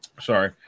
Sorry